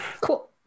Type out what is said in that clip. Cool